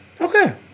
Okay